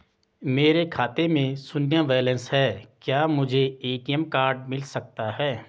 मेरे खाते में शून्य बैलेंस है क्या मुझे ए.टी.एम कार्ड मिल सकता है?